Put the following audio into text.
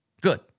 Good